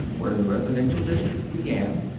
where the residential district began,